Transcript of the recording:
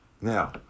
Now